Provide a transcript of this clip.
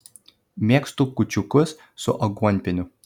mėgstu kūčiukus su aguonpieniu